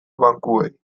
bankuei